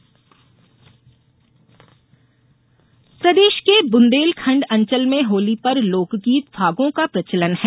कवि पदमाकर प्रदेश के बुंदेलखंड अंचल में होली पर लोकगीत फागों का प्रचलन है